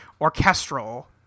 orchestral